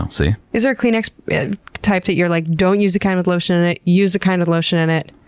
um see? is there a kleenex type that you're like, don't use the kind with lotion in it. use the kind with lotion in it.